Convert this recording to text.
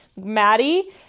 Maddie